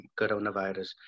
Coronavirus